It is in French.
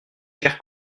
chers